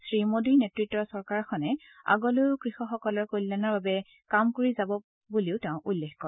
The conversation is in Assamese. শ্ৰীমোদীৰ নেত়ত্বৰ চৰকাৰখনে আগলৈ কৃষকসকলৰ কল্যাণৰ বাবে কাম কৰি যাব বুলি তেওঁ প্ৰকাশ কৰে